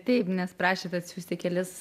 taip nes prašėt atsiųsti kelis